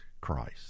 Christ